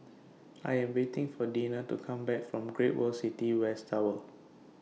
I Am waiting For Deena to Come Back from Great World City West Tower